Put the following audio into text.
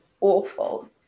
awful